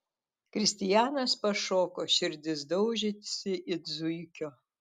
kristijanas pašoko širdis daužėsi it zuikio